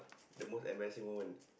the most embarrassing moment